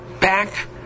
back